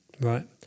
Right